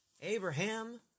Abraham